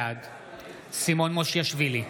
בעד סימון מושיאשוילי,